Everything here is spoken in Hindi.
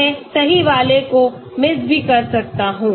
मैं सही वाले को मिस भी कर सकता हूं